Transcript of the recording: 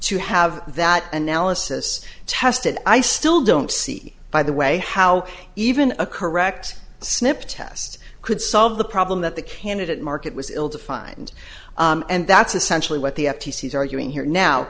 to have that analysis tested i still don't see by the way how even a correct snip test could solve the problem that the candidate market was ill defined and that's essentially what the f t c is arguing here now